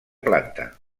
planta